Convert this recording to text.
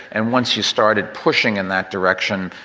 and once you started pushing in that direction,